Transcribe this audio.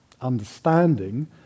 understanding